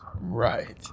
Right